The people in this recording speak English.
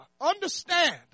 Understand